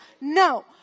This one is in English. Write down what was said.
No